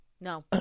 No